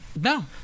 no